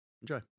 Enjoy